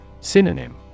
Synonym